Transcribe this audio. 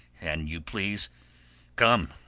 an you please come,